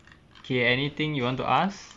okay anything you want to ask